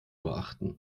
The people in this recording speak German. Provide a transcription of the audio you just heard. beachten